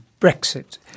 Brexit